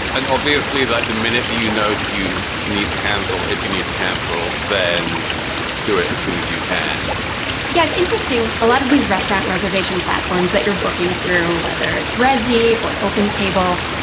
and obviously, like the minute you know that you need to cancel, if you need to cancel, then do it as soon as you can yeah, it's interesting. a lot of these restaurant reservation platforms that you're booking through, whether it's razzy or open table,